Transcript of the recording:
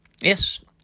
Yes